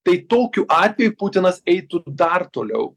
tai tokiu atveju putinas eitų dar toliau